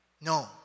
No